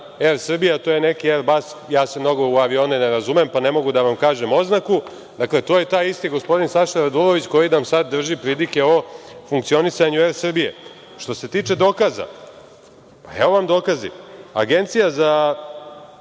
„ER Srbija“. To je neki „Erbas“, ja se mnogo u avione ne razumem, pa ne mogu da vam kažem oznaku, to je taj isti gospodin Saša Radulović, koji nam sad drži pridike o funkcionisanju „ER Srbije“. Što se tiče dokaza, pa evo vam dokazi. Agencija za